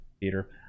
Peter